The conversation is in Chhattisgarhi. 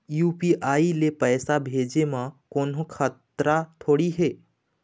यू.पी.आई ले पैसे भेजे म कोन्हो खतरा थोड़ी हे?